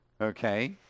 okay